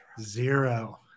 Zero